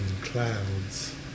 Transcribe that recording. clouds